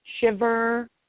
shiver